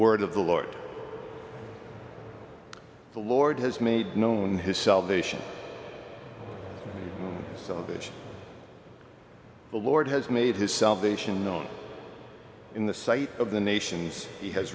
word of the lord the lord has made known his salvation salvage the lord has made his salvation known in the sight of the nations h